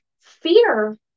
fear